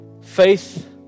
Faith